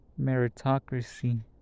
meritocracy